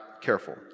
careful